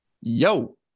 yo